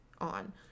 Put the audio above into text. on